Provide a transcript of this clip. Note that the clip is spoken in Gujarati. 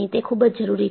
તે ખૂબ જ જરૂરી છે